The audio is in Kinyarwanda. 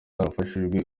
yarafashije